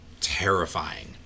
terrifying